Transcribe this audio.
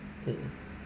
mm